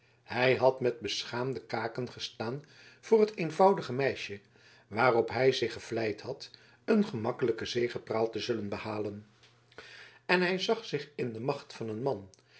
hij had met beschaamde kaken gestaan voor het eenvoudige meisje waarop hij zich gevleid had een gemakkelijke zegepraal te zullen behalen en hij zag zich in de macht van een man